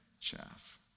Chaff